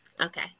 Okay